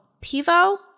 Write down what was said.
Pivo